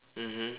mmhmm